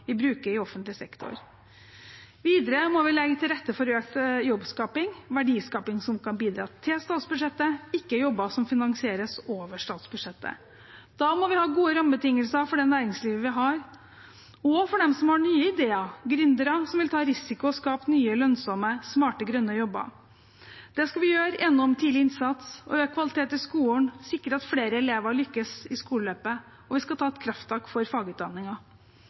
i offentlig sektor. Videre må vi legge til rette for økt jobbskaping, verdiskaping som kan bidra til statsbudsjettet, ikke jobber som finansieres over statsbudsjettet. Da må vi ha gode rammebetingelser for det næringslivet vi har, og for dem som har nye ideer, gründere som vil ta risiko og skape nye, lønnsomme smarte grønne jobber. Det skal vi gjøre gjennom tidlig innsats, gjennom økt kvalitet i skolen og gjennom å sikre at flere elever lykkes i skoleløpet. Og vi skal ta et krafttak for